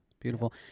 beautiful